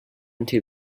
into